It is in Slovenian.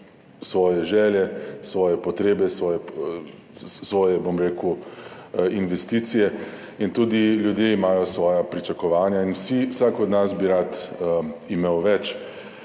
svoje želje, svoje potrebe, svoje, bom rekel, investicije in tudi ljudje imajo svoja pričakovanja. Vsak od nas bi rad imel več.